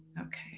okay